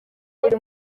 buri